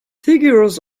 figures